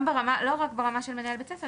לא רק ברמה של מנהל בית ספר,